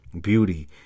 beauty